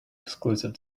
exclusive